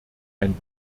ein